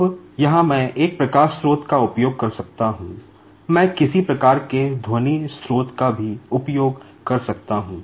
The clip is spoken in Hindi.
अब यहाँ मैं एक प्रकाश स्रोत का उपयोग कर सकता हूं मैं किसी प्रकार के ध्वनि स्रोत का भी उपयोग कर सकता हूं